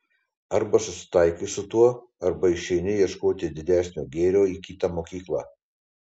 arba susitaikai su tuo arba išeini ieškoti didesnio gėrio į kitą mokyklą